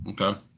Okay